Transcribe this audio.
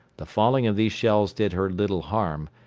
the falling of these shells did her little harm,